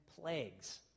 plagues